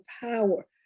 power